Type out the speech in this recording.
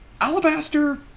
Alabaster